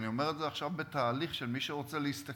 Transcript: אני אומר את זה עכשיו בתהליך של מי שרוצה להסתכל.